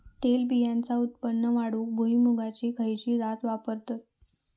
तेलबियांचा उत्पन्न वाढवूक भुईमूगाची खयची जात वापरतत?